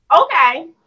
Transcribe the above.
Okay